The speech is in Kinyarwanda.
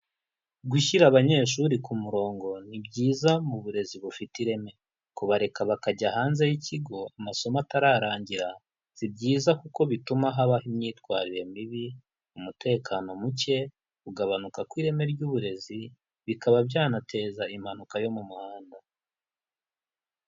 Gushyira abanyeshuri ku murongo ni byiza mu burezi bufite ireme, kubareka bakajya hanze y'ikigo amasomo atararangira si byiza kuko bituma habaho imyitwarire mibi, mutekano muke, kugabanuka kw'ireme ry'uburezi bikaba byanateza impanuka yo mu muhanda.